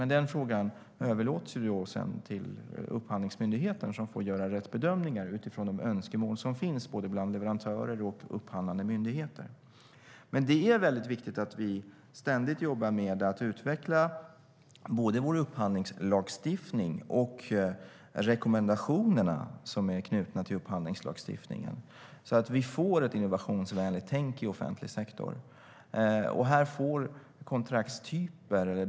Men den frågan överlåts sedan till Upphandlingsmyndigheten, som får göra rätt bedömningar utifrån de önskemål som finns bland leverantörer och upphandlande myndigheter. Men det är viktigt att vi ständigt jobbar med att utveckla både vår upphandlingslagstiftning och de rekommendationer som är knutna till upphandlingslagstiftningen, så att vi får ett innovationsvänligt tänk i offentlig sektor.